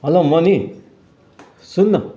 hello Mani सुन् न